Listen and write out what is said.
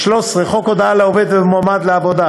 13. חוק הודעה לעובד ולמועמד לעבודה